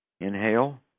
Inhale